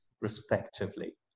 respectively